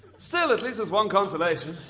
still, at least there's one consolation.